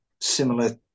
similar